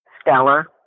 Stellar